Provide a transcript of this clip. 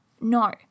no